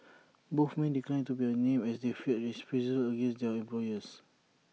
both men declined to be A named as they feared reprisals against their employers